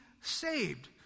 saved